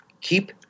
keep